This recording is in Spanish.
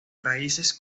raíces